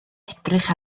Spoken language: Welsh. edrych